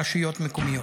ורשויות מקומיות.